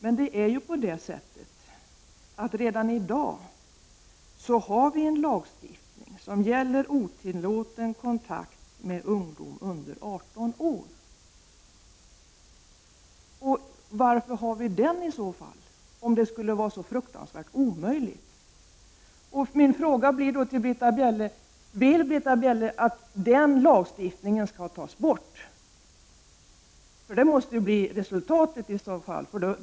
Men redan i dag har vi ju en lagstiftning som gäller otillåten kontakt med ungdom under 18 år. Varför har vi den, om det skulle vara så fruktansvärt omöjligt? Min fråga blir: Vill Britta Bjelle att den lagstiftningen skall tas bort? Det måste bli resultatet i så fall.